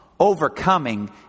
Overcoming